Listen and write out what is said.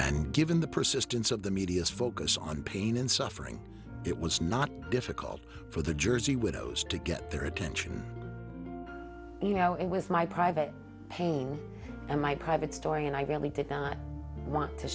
and given the persistence of the media's focus on pain and suffering it was not difficult for the jersey widows to get their attention you know it was my private pain and my private story and i really did not want to